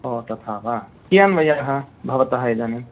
ओ तथा वा कियान् वयः भवतः इदानीम्